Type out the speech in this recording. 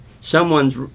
Someone's